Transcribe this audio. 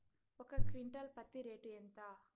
ఒక క్వింటాలు పత్తి రేటు ఎంత?